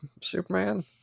Superman